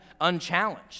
unchallenged